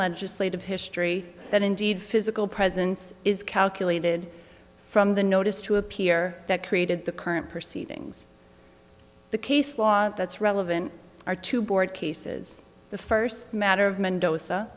legislative history that indeed physical presence is calculated from the notice to appear that created the current proceedings the case law that's relevant are to board cases the first matter of mendo